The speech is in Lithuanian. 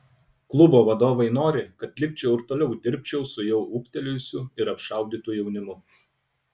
klubo vadovai nori kad likčiau ir toliau dirbčiau su jau ūgtelėjusiu ir apšaudytu jaunimu